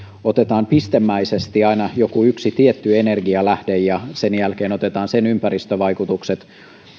otetaan pistemäisesti aina joku yksi tietty energialähde ja sen jälkeen otetaan sen ympäristövaikutukset